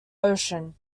ocean